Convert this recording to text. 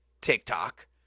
TikTok